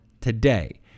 today